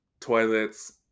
toilets